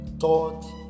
thought